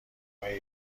برای